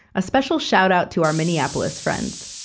a special shout-out to our minneapolis friends.